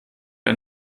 ein